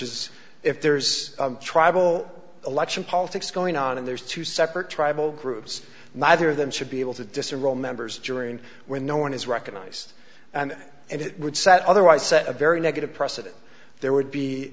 is if there's tribal election politics going on and there's two separate tribal groups neither of them should be able to disenroll members during when no one is recognized and and it would set otherwise set a very negative precedent there would be